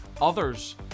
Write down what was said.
others